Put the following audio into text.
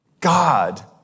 God